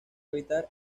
evitar